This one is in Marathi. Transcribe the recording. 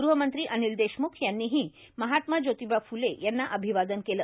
ग़हमंत्री अनिल देशम्ख यांनीही महात्मा ज्योतिबा फ्ले यांना अभिवादन केल